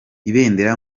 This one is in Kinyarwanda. ibendera